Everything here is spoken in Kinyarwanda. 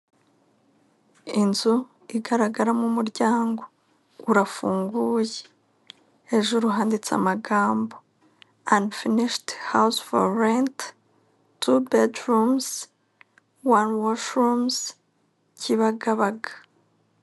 Inzu igaragaramo umuryango, urafunguye, hejuru handitse amagambo, anifinoshedi hawuze foru renti, wani bedirumu wani woshirumuzi Kibagabaga.